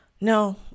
No